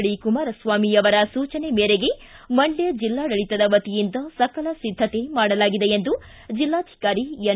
D Kumaraswamy ಅವರ ಸೂಚನೆ ಮೇರೆಗೆ ಮಂಡ್ಕ ಜಿಲ್ಲಾಡಳಿತ ವತಿಯಿಂದ ಸಕಲ ಸಿದ್ಧತೆ ಮಾಡಲಾಗಿದೆ ಎಂದು ಜಿಲ್ಲಾಧಿಕಾರಿ ಎನ್